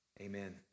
amen